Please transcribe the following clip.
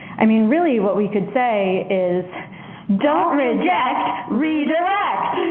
i mean, really what we could say is don't reject, redirect!